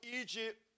Egypt